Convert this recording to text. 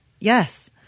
yes